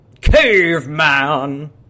Caveman